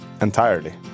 Entirely